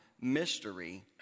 mystery